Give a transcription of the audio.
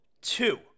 two